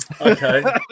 Okay